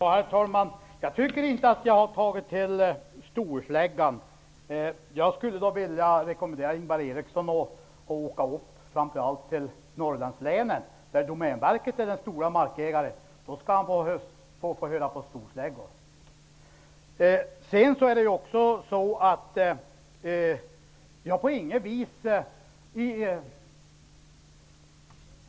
Herr talman! Jag tycker inte att jag har tagit till storsläggan. Jag rekommenderar Ingvar Eriksson att besöka Norrlandslänen, där Domänverket är den stora markägaren. Då skulle han få se på storsläggor.